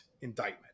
indictment